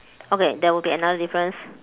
okay there will be another difference